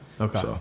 Okay